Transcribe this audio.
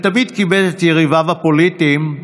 ותמיד כיבד את יריביו הפוליטיים,